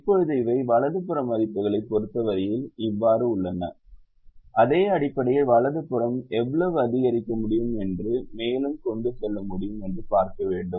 இப்போது இவை வலது புற மதிப்புகளைப் பொறுத்தவரையில் இவ்வாறு உள்ளன அதே அடிப்படையில் வலது புறம் எவ்வளவு அதிகரிக்க முடியும் மற்றும் மேலும் கொண்டு செல்ல முடியும் என்று பார்க்கவேண்டும்